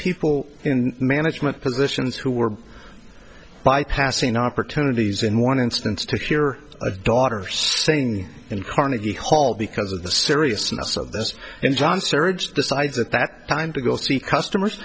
people in management positions who were by passing opportunities in one instance to hear a daughter saying in carnegie hall because of the seriousness of this and john serge decided at that time to go see customers